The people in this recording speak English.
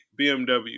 BMW